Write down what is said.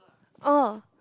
oh